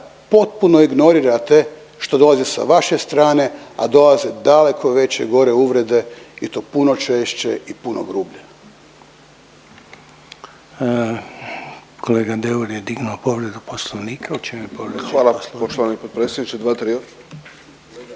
potpuno ignorirate što dolazi sa vaše strane, a dolaze daleko veće i gore uvrede i to puno češće i puno grublje.